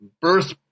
birth